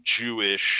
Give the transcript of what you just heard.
Jewish